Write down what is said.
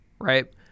right